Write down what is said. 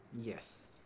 Yes